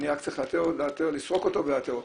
נניח צריך לסרוק אותו ולאתר אותו,